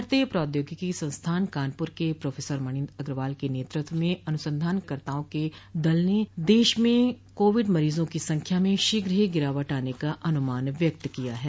भारतीय प्रौद्योगिकी संस्थान कानपुर के प्रोफेसर मनिन्द्र अग्रवाल के नेतृत्व में अनुसंधानकर्ताओं के दल ने देश में कोविड मरीजों की संख्या में शीघ्र ही गिरावट आने का अनुमान व्यक्त किया है